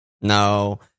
No